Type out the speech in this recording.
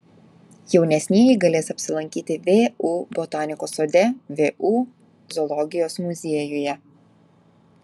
jaunesnieji galės apsilankyti vu botanikos sode vu zoologijos muziejuje